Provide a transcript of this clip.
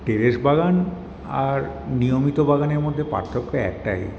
terrace বাগান আর নিয়মিত বাগানের মধ্যে পার্থক্য একটাই